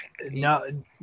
No